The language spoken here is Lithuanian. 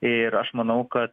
ir aš manau kad